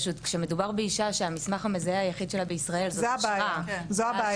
כשמדובר באישה שהמסמך המזהה היחיד שלה בישראל זאת אשרה --- זו הבעיה.